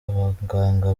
abaganga